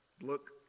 Look